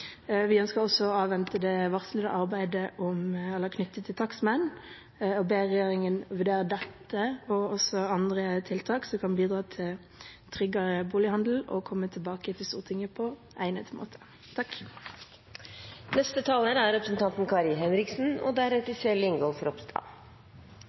Vi ønsker også å avvente det varslede arbeidet om takstmenn og ber regjeringen vurdere dette og også andre tiltak som kan bidra til tryggere bolighandel, og komme tilbake til Stortinget på egnet måte. Kjøp av bolig er en stor og